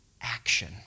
action